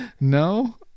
No